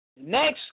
Next